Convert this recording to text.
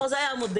זה היה המודל.